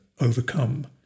overcome